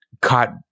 caught